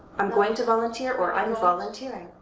i'm going to volunteer or i'm volunteering.